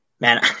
man